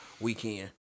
weekend